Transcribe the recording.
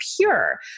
pure